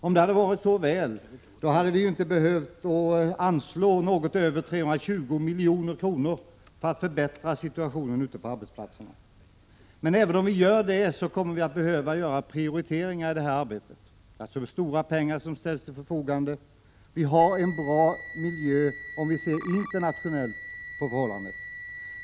Om det hade varit så väl hade vi inte behövt anslå något över 320 milj.kr. för att förbättra situationen ute på arbetsplatserna. Även om vi gör det kommer vi att behöva göra prioriteringar i det arbetet. Stora pengar ställs till förfogande. Vi har en bra miljö, om vi ser på förhållandena internationellt.